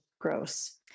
gross